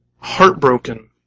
heartbroken